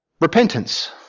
repentance